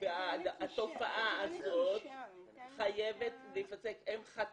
והתופעה הזאת חייבת להפסק.